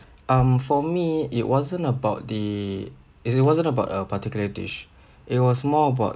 um for me it wasn't about the is it wasn't about a particular dish it was more about